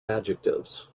adjectives